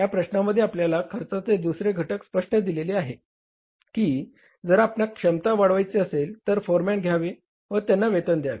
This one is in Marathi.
या प्रश्नामध्ये आपल्याला खर्चाचे दुसरे घटक स्पष्ट दिलेले आहे की जर आपणास क्षमता वाढवायची असेल तर फोरमॅन घ्यावे व त्यांना वेतन द्यावे